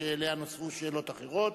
שאליה נוספו שאלות אחרות.